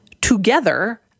together